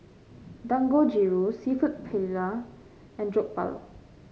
Dangojiru seafood Paella and Jokbal